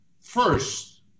First